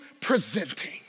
presenting